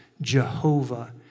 Jehovah